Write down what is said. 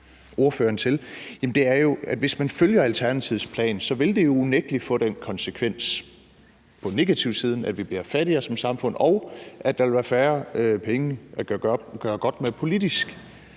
plan. Hvis man følger den, vil det unægtelig få den konsekvens på negativsiden, at vi bliver fattigere som samfund, og at der vil være færre penge at gøre godt med politisk,